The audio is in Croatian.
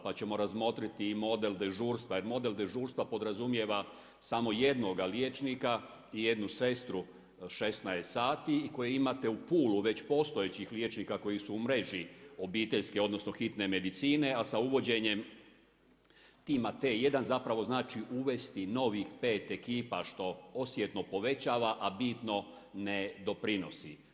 Pa ćemo razmotriti i model dežurstva, jer model dežurstva podrazumijeva samo jednoga liječnika i jednu sestru 16 sati i koji imate u Pulu već postojećih liječnika koji su u mreži obiteljske, odnosno hitne medicine, a sa uvođenjem tima T1, zapravo znači uvesti novih pet ekipa, što osjetno povećava, a bitno ne doprinosi.